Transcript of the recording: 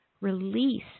release